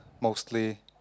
mostly